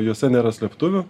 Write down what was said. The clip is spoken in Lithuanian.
jose nėra slėptuvių